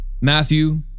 Matthew